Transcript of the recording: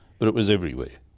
but it was everywhere.